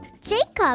Jacob